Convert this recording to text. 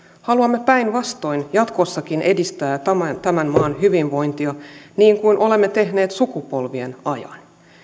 haluamme päinvastoin jatkossakin edistää tämän tämän maan hyvinvointia niin kuin olemme tehneet sukupolvien ajan